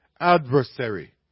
adversary